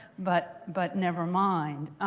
but but never mind.